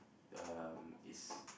um is